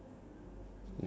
same